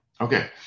Okay